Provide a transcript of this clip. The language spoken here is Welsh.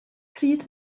pryd